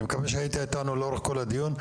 אני מקווה שהיית איתנו לאורך כל הדיון.